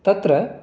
तत्र